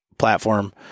platform